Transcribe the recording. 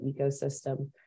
ecosystem